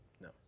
No